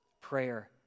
Prayer